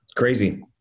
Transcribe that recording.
crazy